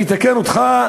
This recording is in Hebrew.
אני אתקן אותך,